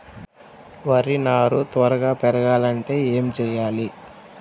వరి నారు త్వరగా పెరగాలంటే ఏమి చెయ్యాలి?